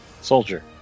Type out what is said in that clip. soldier